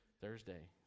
Thursday